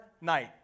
night